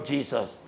Jesus